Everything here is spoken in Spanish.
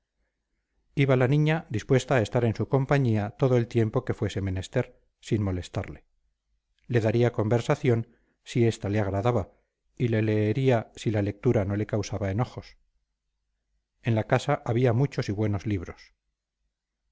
iba la niña dispuesta a estar en su compañía todo el tiempo que fuese menester sin molestarle le daría conversación si esta le agradaba y le leería si la lectura no le causaba enojos en la casa había muchos y buenos libros